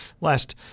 Last